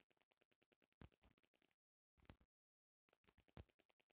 बिना पानी पटाइले त अनाज घरे ना आ पाई